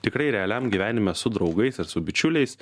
tikrai realiam gyvenime su draugais ir su bičiuliais